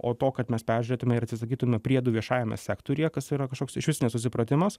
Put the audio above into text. o to kad mes peržiūrėtume ir atsisakytume priedų viešajame sektoriuje kas yra kažkoks išvis nesusipratimas